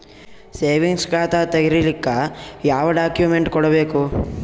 Savings ಖಾತಾ ತೇರಿಲಿಕ ಯಾವ ಡಾಕ್ಯುಮೆಂಟ್ ಕೊಡಬೇಕು?